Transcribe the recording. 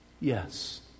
Yes